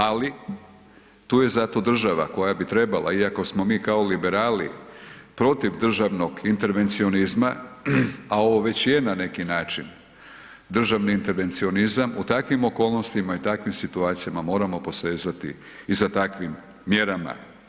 Ali, tu je zato država koja bi trebala, iako smo mi kao liberali protiv državnog intervencionizma, a ovo već je na neki način državni intervencionizam, u takvim okolnostima i takvim situacijama moramo posezati i za takvim mjerama.